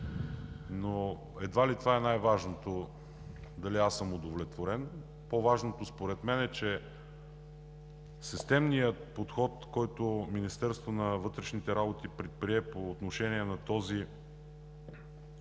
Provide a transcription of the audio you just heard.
но едва ли това е най-важното – дали съм удовлетворен? По-важното според мен е, че системният подход, който Министерството на вътрешните работи предприе по отношение на този,